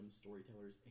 storytellers